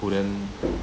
couldn't